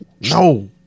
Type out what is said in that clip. No